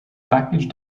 package